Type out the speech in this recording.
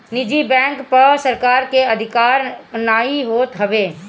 निजी बैंक पअ सरकार के अधिकार नाइ होत हवे